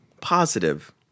positive